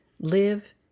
live